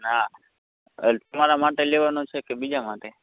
હા તમારા માટે લેવાનો છે કે બીજાના માટે